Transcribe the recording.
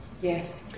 Yes